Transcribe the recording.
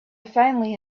finally